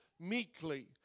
meekly